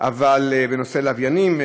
בנושא לוויינים.